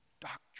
doctrine